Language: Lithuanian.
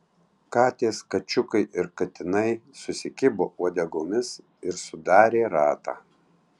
katės kačiukai ir katinai susikibo uodegomis ir sudarė ratą